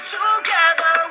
Together